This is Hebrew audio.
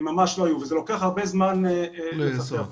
וזה לוקח הרבה זמן לפתח אותם.